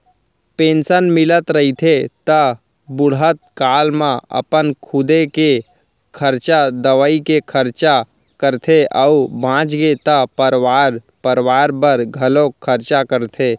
pension मिलत रहिथे त बुड़हत काल म अपन खुदे के खरचा, दवई के खरचा करथे अउ बाचगे त परवार परवार बर घलोक खरचा करथे